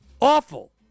awful